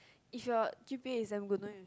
if you are g_p_a is damn good don't need to